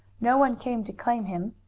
no one came to claim him.